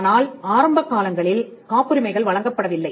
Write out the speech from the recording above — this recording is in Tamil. ஆனால் ஆரம்ப காலங்களில் காப்புரிமைகள் வழங்கப்படவில்லை